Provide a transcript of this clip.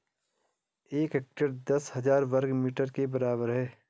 एक हेक्टेयर दस हजार वर्ग मीटर के बराबर है